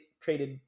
traded